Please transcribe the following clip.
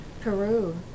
Peru